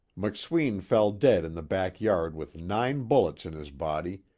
mcsween fell dead in the back yard with nine bullets in his body,